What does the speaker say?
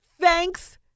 thanks